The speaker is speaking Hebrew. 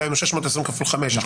דהיינו, 620,000 כפול חמש, זה